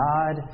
God